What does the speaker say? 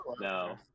no